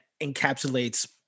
encapsulates